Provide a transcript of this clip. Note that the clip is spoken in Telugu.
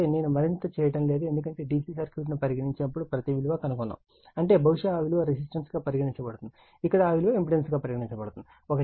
కాబట్టి నేను మరింత చేయటం లేదు ఎందుకంటే DC సర్క్యూట్ ను పరిగణించినప్పుడు ప్రతి విలువ కనుగొన్నాము అంటే బహుశా ఆ విలువ రెసిస్టెన్స్ గా పరిగణించబడింది ఇక్కడ ఆ విలువ ఇంపెడెన్స్ గా పరిగణించబడుతుంది